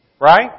Right